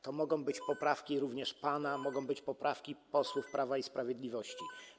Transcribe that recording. To mogą być poprawki również pana, mogą być poprawki posłów Prawa i Sprawiedliwości.